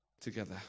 together